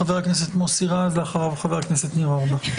חבר הכנסת מוסי רז, ואחריו חבר הכנסת ניר אורבך.